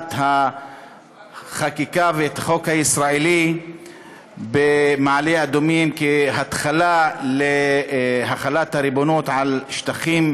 החלת החקיקה והחוק הישראלי במעלה-אדומים כהתחלה להחלת הריבונות על שטחים